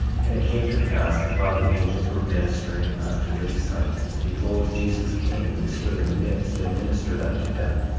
and it came to pass that while the angels were ministering unto the disciples, behold, jesus came and stood in the midst and ministered unto them.